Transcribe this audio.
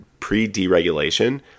Pre-deregulation